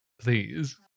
Please